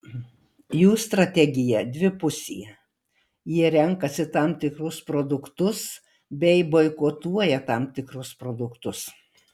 jų strategija dvipusė jie renkasi tam tikrus produktus bei boikotuoja tam tikrus produktus